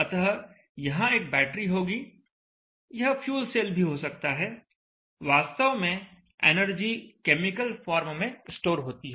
अतः यहां एक बैटरी होगी यह फ्यूल सेल भी हो सकता है वास्तव में एनर्जी केमिकल फॉर्म में स्टोर होती है